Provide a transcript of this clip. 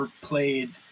played